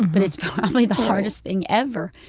but it's probably the hardest thing ever.